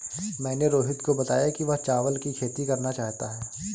मैंने रोहित को बताया कि वह चावल की खेती करना चाहता है